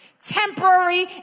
Temporary